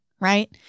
right